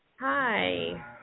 Hi